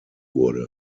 wurde